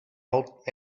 old